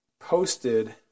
posted